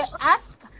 ask